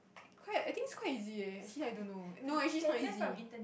quite I I think it's quite easy eh actually I don't know no actually it's not easy